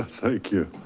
thank you.